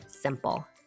simple